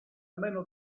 meno